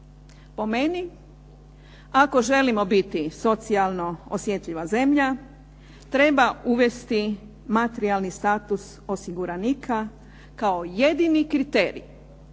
Po meni, ako želimo biti socijalno osjetljiva zemlja treba uvesti materijalni status osiguranika kao jedini kriterij